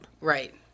Right